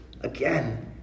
Again